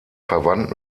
verwandt